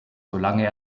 solange